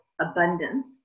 abundance